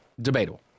Debatable